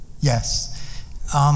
Yes